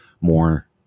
more